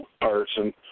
person